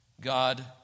God